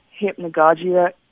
hypnagogia